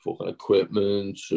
equipment